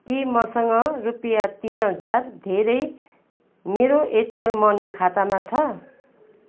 के मसँग रुपियाँ तिन हजार धेरै मेरो एयरटेल मनी खातामा छ